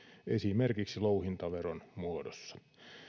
esimerkiksi louhintaveron muodossa